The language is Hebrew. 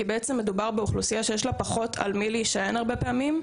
כי מדובר על אוכלוסייה שיש לה פחות על מי להישען הרבה פעמים,